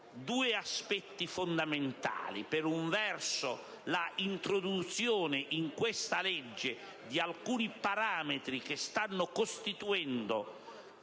due aspetti fondamentali: per un verso, l'introduzione in questa legge di alcuni parametri che stanno costituendo